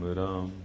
ram